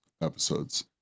episodes